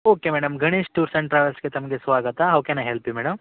okay madam Ganesh tours and ಟ್ರಾವೆಲ್ಸಿಗೆ ತಮಗೆ ಸ್ವಾಗತ how can I help you madam